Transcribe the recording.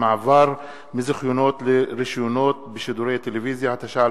ברשות יושב-ראש הישיבה,